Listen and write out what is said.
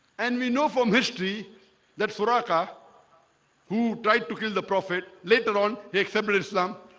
and we know from history that soraka who tried to kill the prophet later on he accepted islam?